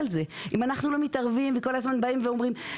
אם אנחנו לא מתערבים וכל הזמן באים ואומרים.